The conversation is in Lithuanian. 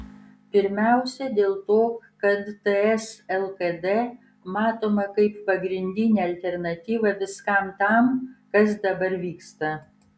pirmiausia dėl to kad ts lkd matoma kaip pagrindinė alternatyva viskam tam kas dabar vyksta